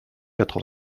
quatre